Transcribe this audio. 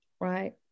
right